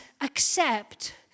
accept